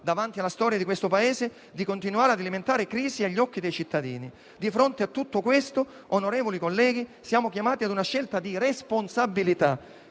davanti alla storia del Paese di continuare ad alimentare crisi agli occhi dei cittadini? Di fronte a tutto questo, onorevoli colleghi, siamo chiamati ad una scelta di responsabilità.